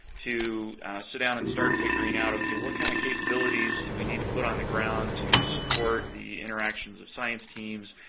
to sit down and start figuring out ok what kind of capabilities do we need to put on the ground to support the interactions of science teams,